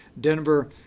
Denver